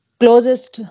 closest